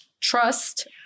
trust